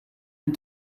den